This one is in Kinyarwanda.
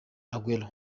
aguero